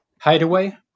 hideaway